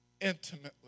Intimately